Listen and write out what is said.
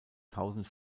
tausend